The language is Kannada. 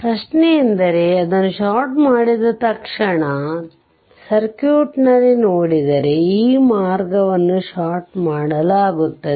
ಪ್ರಶ್ನೆಯೆಂದರೆ ಅದನ್ನು ಷಾರ್ಟ್ ಮಾಡಿದ ತಕ್ಷಣ ಸರ್ಕ್ಯೂಟ್ನಲ್ಲಿ ನೋಡಿದರೆ ಈ ಮಾರ್ಗವನ್ನು ಷಾರ್ಟ್ ಮಾಡಲಾಗುತ್ತದೆ